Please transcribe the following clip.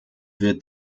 wird